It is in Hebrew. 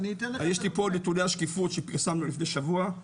יש לי פה השקיפות שפרסמנו לפני שבוע,